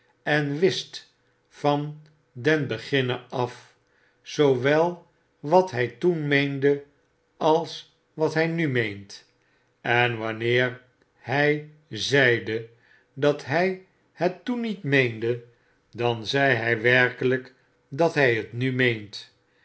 en wist van den beginne af zoowel wat hy toen meende als wat hy nu meent en wanneer hy zeide dat hy het toen niet meende dan zei hy werkelyk dat hij het nu meent